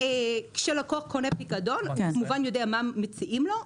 היום כשלקוח קונה פיקדון הוא כמובן יודע מה מציעים לו.